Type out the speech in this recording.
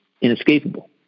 Inescapable